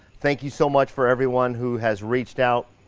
thank you so much for everyone who has reached out,